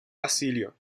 basilio